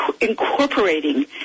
incorporating